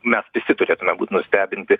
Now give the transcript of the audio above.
mes visi turėtume būt nustebinti